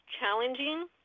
challenging